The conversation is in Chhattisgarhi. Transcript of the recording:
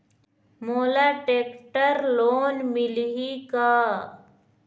मोला टेक्टर लोन मिलही का?